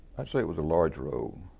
i'd say it was a large role